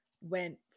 went